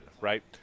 right